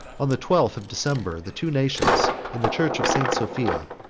on the twelfth of december, the two nations, in the church of st. sophia,